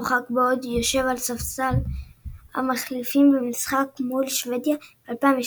הורחק בעודו יושב על ספסל המחליפים במשחק מול שוודיה ב-2002,